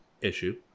issue